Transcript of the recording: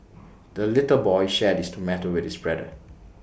the little boy shared his tomato with his brother